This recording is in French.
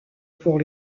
pour